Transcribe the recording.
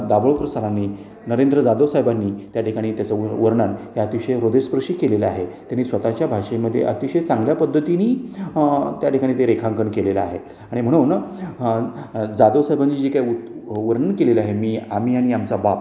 दाभोळकर सरांनी नरेंद्र जाधव साहेबांनी त्या ठिकाणी त्याचं वर्णन हे अतिशय ह्रदयस्पर्शी केलेलं आहे त्यांनी स्वतःच्या भाषेमध्ये अतिशय चांगल्या पद्धतीनी त्या ठिकाणी ते रेखांकन केलेलं आहे आणि म्हणून जाधव साहेबांनी जी काय ऊत वर्णन केलेलं आहे मी आम्ही आणि आमचा बाप